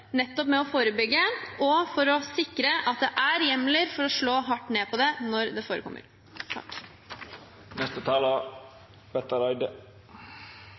å forebygge og sikre at det er hjemler for å slå hardt ned på det når det forekommer.